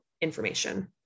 information